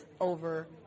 over